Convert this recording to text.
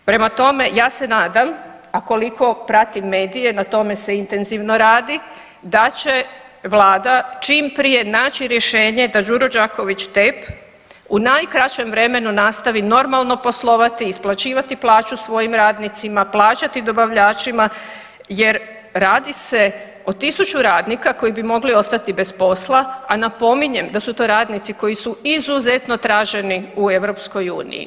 Prema tome, ja se nadam, a koliko pratim medije, na tome se intenzivno radi, da će vlada čim prije naći rješenje da Đuro Đaković TEP u najkraćem vremenu nastavi normalno poslovati i isplaćivati plaću svojim radnicima, plaćati dobavljačima jer radi se o 1000 radnika koji bi mogli ostati bez posla, a napominjem da su to radnici koji su izuzetno traženi u EU.